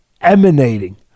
emanating